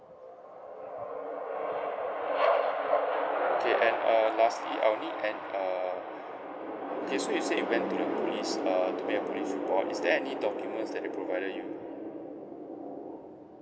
okay and uh lastly I'll need an uh just now you said you went to the police uh to make a police report is there any documents that they provided you